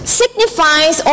signifies